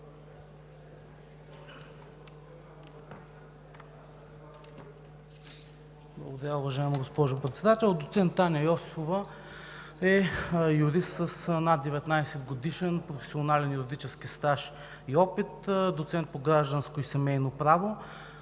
Благодаря, уважаема госпожо Председател. Доцент Таня Йосифова е юрист с над 19-годишен професионален юридически стаж и опит, доцент по гражданско и семейно право.